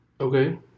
Okay